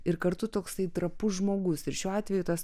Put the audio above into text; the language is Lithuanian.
ir kartu toksai trapus žmogus ir šiuo atveju tas